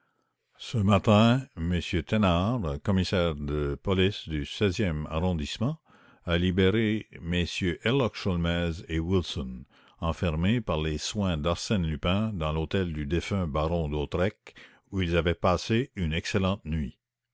ce matin m thénard commissaire de police du xvi e arrondissement a libéré mm herlock sholmès et wilson enfermés par les soins d'arsène lupin dans l'hôtel du défunt baron d'hautois où ils avaient d'ailleurs passé une excellente nuit